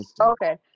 Okay